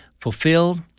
fulfilled